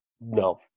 no